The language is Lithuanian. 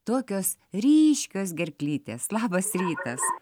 tokios ryškios gerklytės labas rytas